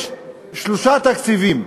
יש שלושה תקציבים.